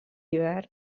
hivern